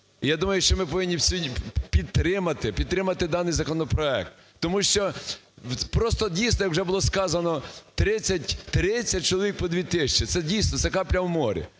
Я думаю, що ми повинні всі підтримати, підтримати даний законопроект. Тому що, просто, дійсно, як вже було сказано, 30, 30 чоловік по 2 тисячі - це, дійсно, це капля в морі.